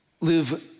live